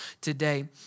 today